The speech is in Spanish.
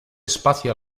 espacio